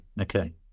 Okay